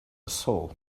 soul